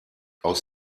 aus